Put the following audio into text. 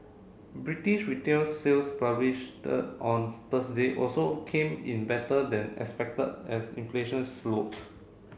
British retail sales published on Thursday also came in better than expected as inflation slowed